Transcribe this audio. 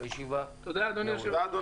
הישיבה נעולה.